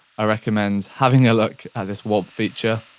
i recommend having a look at this warp feature,